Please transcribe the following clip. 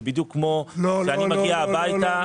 זה בדיוק כמו שאני מגיע הביתה.